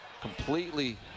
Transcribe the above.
completely